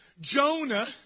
Jonah